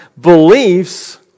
beliefs